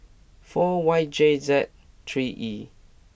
four Y J Z three E